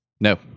No